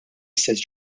istess